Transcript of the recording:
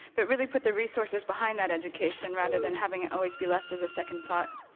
but really put the resources behind that education rather than having it always be left as a second thought.